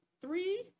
three